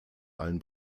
allen